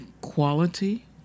quality